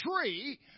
tree